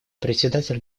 председатель